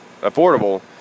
affordable